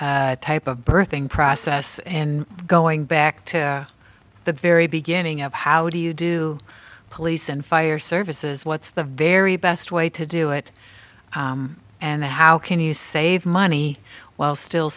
a type of birthing process in going back to the very beginning of how do you do police and fire services what's the very best way to do it and how can you save money while still